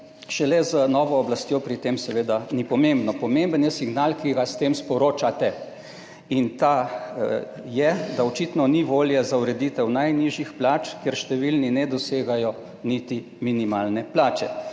šele z novo oblastjo, pri tem seveda ni pomembno, pomemben je signal, ki ga s tem sporočate, in ta je, da očitno ni volje za ureditev najnižjih plač, ker številni ne dosegajo niti minimalne plače,